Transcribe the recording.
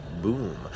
Boom